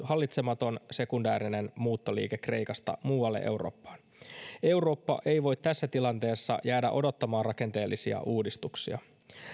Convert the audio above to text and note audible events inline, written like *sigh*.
*unintelligible* hallitsematon sekundäärinen muuttoliike kreikasta muualle eurooppaan eurooppa ei voi tässä tilanteessa jäädä odottamaan rakenteellisia uudistuksia